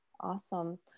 awesome